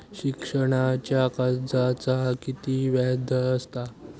शिक्षणाच्या कर्जाचा किती व्याजदर असात?